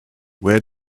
where